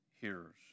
hearers